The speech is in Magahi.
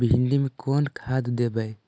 भिंडी में कोन खाद देबै?